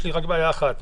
יש לי רק בעיה אחת.